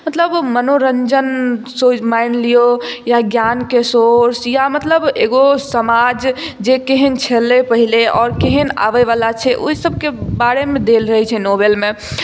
मतलब मनोरंजन मानि लियौ या ज्ञान के सोर्स या मतलब एगो समाज जे कहाॅं छलै पहिले केहन आबैवला छै ओहिसब के बारे मे देल रहै छै नोबेल मे